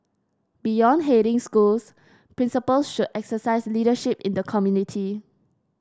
beyond heading schools principals should exercise leadership in the community